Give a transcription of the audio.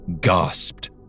gasped